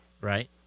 Right